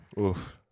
Oof